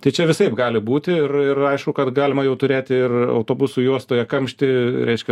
tai čia visaip gali būti ir ir aišku kad galima jau turėti ir autobusų juostoje kamštį reiškia